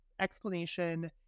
explanation